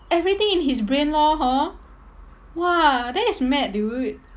everything in his brain lor hor !wah! that is mad dude